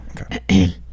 okay